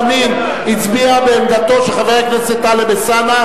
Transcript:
חבר הכנסת דב חנין הצביע בעמדתו של חבר הכנסת טלב אלסאנע,